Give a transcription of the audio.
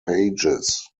pages